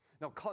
Now